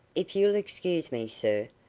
if you'll excuse me, sir,